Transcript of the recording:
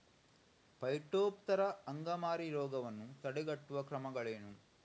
Phytophthora ಅಂಗಮಾರಿ ರೋಗವನ್ನು ತಡೆಗಟ್ಟುವ ಕ್ರಮಗಳೇನು?